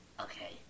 Okay